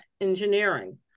Engineering